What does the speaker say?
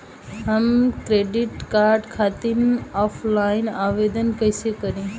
हम credit card खातिर offline आवेदन कइसे करि?